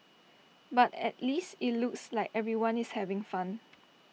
but at least IT looks like everyone is having fun